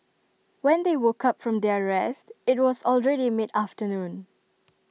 when they woke up from their rest IT was already mid afternoon